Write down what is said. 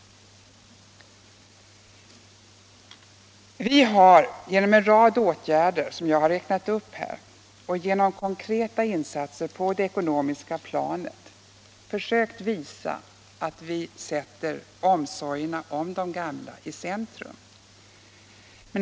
Vi har genom en rad åtgärder som jag här räknat upp och genom konkreta insatser på det ekonomiska planet försökt visa att vi sätter omsorgerna om de gamla i centrum.